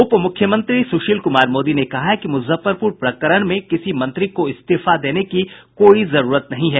उप मुख्यमंत्री सुशील कुमार मोदी ने कहा है कि मुजफ्फरपुर प्रकरण में किसी मंत्री को इस्तीफा देने की कोई जरूरत नहीं है